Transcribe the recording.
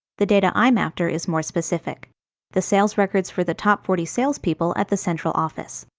the data i'm after is more specific the sales records for the top forty salespeople at the central office.